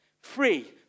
free